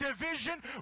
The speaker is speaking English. division